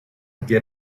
get